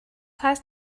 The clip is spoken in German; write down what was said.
heißt